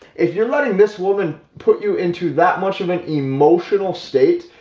if you're letting this woman put you into that much of an emotional state,